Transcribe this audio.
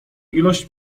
ilość